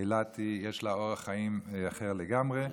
אילת, יש לה אורח חיים אחר לגמרי.